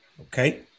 Okay